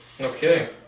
Okay